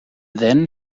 then